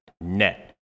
net